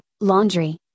laundry